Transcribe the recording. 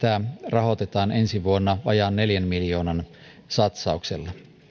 rahoitetaan ensi vuonna vajaan neljän miljoonan satsauksella